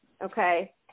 Okay